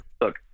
look